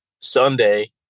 Sunday